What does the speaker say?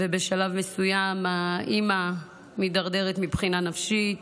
ובשלב מסוים האימא מידרדרת מבחינה נפשית.